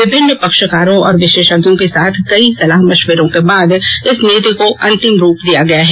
विभिन्न पक्षकारों और विशेषज्ञों के साथ कई सलाह मशविरों के बाद इस नीति को अंतिम रूप दिया गया है